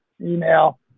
email